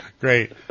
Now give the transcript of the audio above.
great